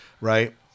Right